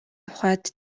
тухайд